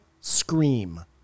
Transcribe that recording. Scream